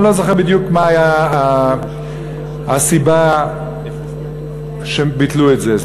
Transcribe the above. ואני לא זוכר בדיוק מה הייתה הסיבה שהם ביטלו את זה.